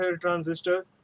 transistor